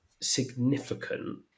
significant